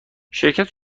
شرکت